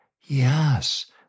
Yes